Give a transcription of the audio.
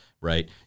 Right